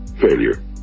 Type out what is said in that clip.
failure